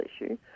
issue